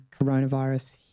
coronavirus